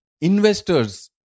investors